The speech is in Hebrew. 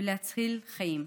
ולהציל חיים.